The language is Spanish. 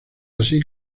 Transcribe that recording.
así